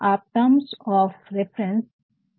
आप terms of reference से क्या समझते है